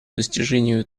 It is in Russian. достижению